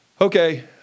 Okay